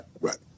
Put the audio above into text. Right